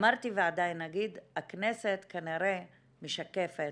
אמרתי ועדיין אגיד, הכנסת כנראה משקפת